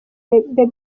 bebe